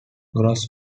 gross